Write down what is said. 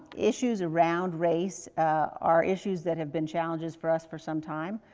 issues around race are issues that have been challenges for us for some time.